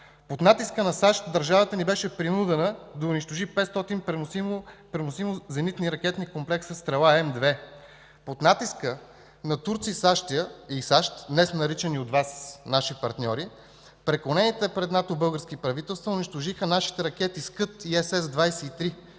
Под натиска на САЩ държавата ни беше принудена да унищожи над 500 преносими зенитни комплекси „Стрела-М2”. Под натиска на Турция и САЩ, днес наричани от Вас „наши партньори”, преклонените пред НАТО български правителства унищожиха нашите ракети „Скъд” и „СС-23”,